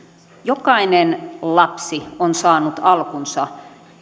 jokainen lapsi on saanut alkunsa